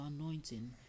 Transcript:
anointing